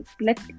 let